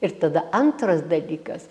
ir tada antras dalykas